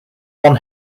one